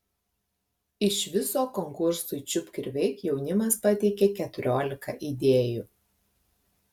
iš viso konkursui čiupk ir veik jaunimas pateikė keturiolika idėjų